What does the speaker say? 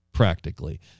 practically